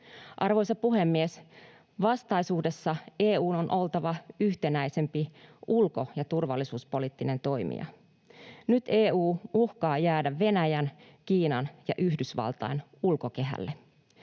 Arvoisa puhemies! Vastaisuudessa EU:n on oltava yhtenäisempi ulko- ja turvallisuuspoliittinen toimija. Nyt EU uhkaa jäädä Venäjän, Kiinan ja Yhdysvaltain ulkokehälle.